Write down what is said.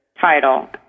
title